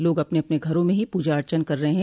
लोग अपने अपने घरों में ही पूजा अर्चन कर रहे हैं